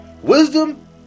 Wisdom